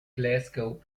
glasgow